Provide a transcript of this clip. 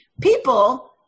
people